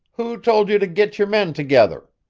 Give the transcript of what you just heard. who told you to git your men together?